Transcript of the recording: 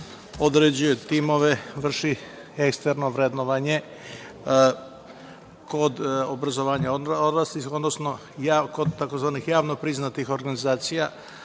određuje timove, vrši eksterno vrednovanje, kod obrazovanja odraslih, odnosno kod takozvanih javno priznatih organizacija